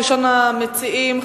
ראשון המציעים,